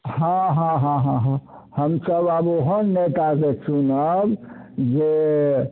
हाँ हाँ हाँ हाँ हमसब आब ओहन नेताके चुनब जे